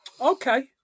Okay